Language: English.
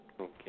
Okay